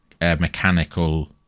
mechanical